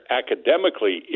academically